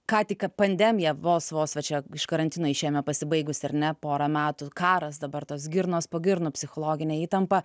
ką tik pandemija vos vos va čia iš karantino išėjome pasibaigusi ar ne pora metų karas dabar tos girnos po girnų psichologinė įtampa